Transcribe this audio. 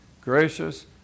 Gracious